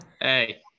Hey